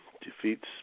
Defeats